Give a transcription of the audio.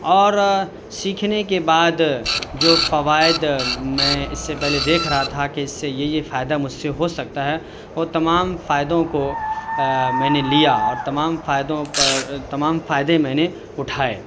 اور سیکھنے کے بعد جو فوائد میں اس سے پہلے دیکھ رہا تھا کہ اس سے یہ یہ فائدہ مجھ سے ہو سکتا ہے وہ تمام فائدوں کو میں نے لیا اور تمام فائدوں پر تمام فائدے میں نے اٹھائے